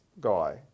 guy